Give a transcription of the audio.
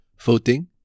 voting